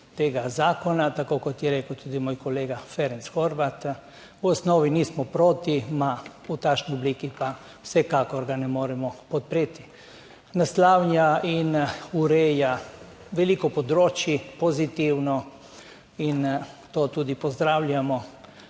tega zakona, tako kot je rekel tudi moj kolega Ferenc Horváth, v osnovi nismo proti, ima, v takšni obliki pa vsekakor ga ne moremo podpreti. Naslavlja in ureja veliko področij pozitivno in to tudi pozdravljamo,